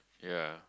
ya